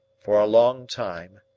for a long time,